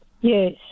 Yes